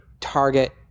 target